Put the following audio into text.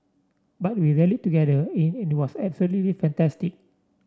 but we rallied together in it was absolutely fantastic